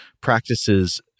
practices